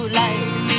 life